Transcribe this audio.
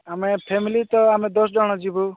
ଆମେ ଫ୍ୟାମିଲି ତ ଆମେ ଦଶଜଣ ଯିବୁ